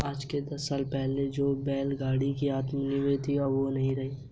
आज से दस साल पहले जो बैल गाड़ी की अहमियत थी वो अब नही रही